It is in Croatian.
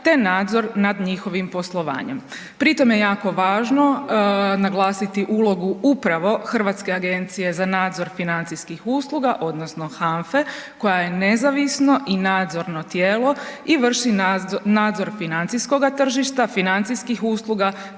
te nadzor nad njihovim poslovanjem. Pri tome je jako važno naglasiti ulogu upravo Hrvatske agencije za nadzor financijskih usluga odnosno HANFA-e koja je nezavisno i nadzorno tijelo i vrši nadzor financijskoga tržišta, financijskih usluga